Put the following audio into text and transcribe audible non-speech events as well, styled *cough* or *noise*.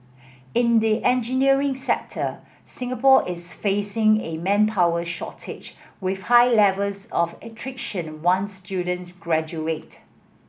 in the engineering sector Singapore is facing a manpower shortage with high levels of *unintelligible* once students graduate